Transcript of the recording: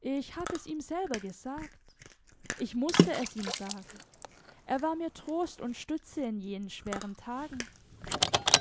ich hab es ihm selber gesagt ich mußte es ihm sagen er war mir trost und stütze in jenen schweren tagen